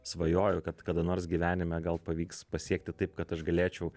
svajoju kad kada nors gyvenime gal pavyks pasiekti taip kad aš galėčiau